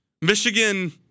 Michigan